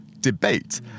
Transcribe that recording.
debate